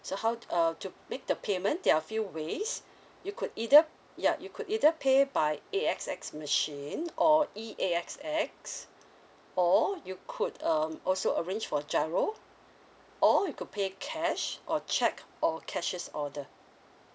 mm so how uh to make the payment there are a few ways you could either yup you could either pay by A_X_X machine or E_ A_ X_ X or you could um also arrange for GIRO or you could pay cash or cheque or cashiers order